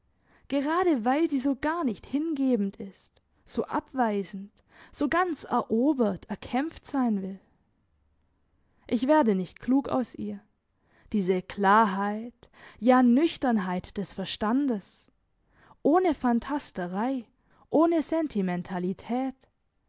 gerade weil sie so gar nicht hingebend ist so abweisend so ganz erobert erkämpft sein will ich werde nicht klug aus ihr diese klarheit ja nüchternheit des verstandes ohne phantasterei ohne sentimentalität